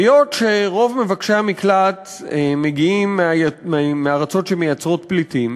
היות שרוב מבקשי המקלט מגיעים מארצות שמייצרות פליטים,